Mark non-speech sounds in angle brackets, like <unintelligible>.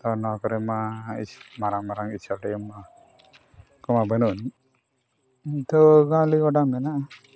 ᱟᱵᱚ ᱱᱚᱣᱟ ᱠᱚᱨᱮᱢᱟ ᱢᱟᱨᱟᱝ ᱢᱟᱨᱟᱝ <unintelligible> ᱰᱮᱢ ᱟᱨ <unintelligible> ᱟᱹᱰᱤ ᱜᱚᱴᱟᱝ ᱢᱮᱱᱟᱜᱼᱟ